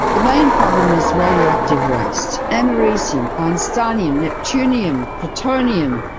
the main problem is radioactive waste. americium, einsteinium, neptunium, plutonium.